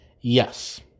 Yes